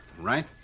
right